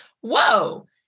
Whoa